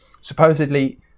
Supposedly